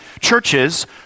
churches